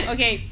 Okay